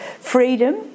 freedom